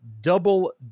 double